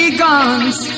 guns